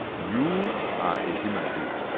you are a human being.